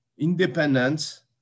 Independence